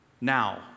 now